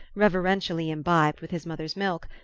reverentially imbibed with his mother's milk,